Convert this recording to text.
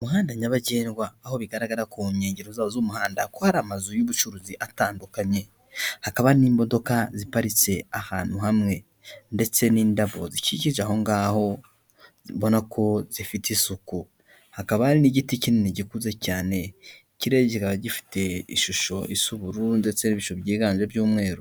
Umuhanda nyabagendwa aho bigaragara ku nkengero zawo z'umuhanda ko hari amazu y'ubucuruzi atandukanye, hakaba n'imodoka ziparitse ahantu hamwe, ndetse n'indabo zikikije aho ngaho ubona ko zifite isuku. Hakaba hari n'igiti kinini gikuze cyane. Kirere kiba gifite ishusho isa ubururu ndetse n' ibicu byiganje ibyumweru.